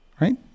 right